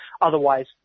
Otherwise